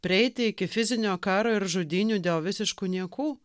prieiti iki fizinio karo ir žudynių dėl visiškų niekų